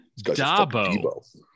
Dabo